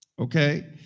Okay